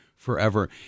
Forever